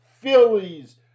Phillies